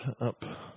up